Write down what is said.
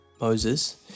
Moses